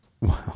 Wow